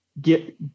get –